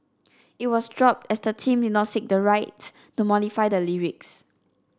it was dropped as the team did not seek the right to modify the lyrics